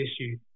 issue